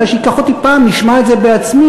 אולי שייקח אותי פעם, אשמע את זה בעצמי.